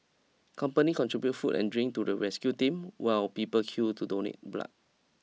company contribute food and drink to the rescue team while people queued to donate blood